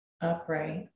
upright